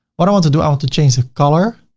what i want to do, i want to change the color,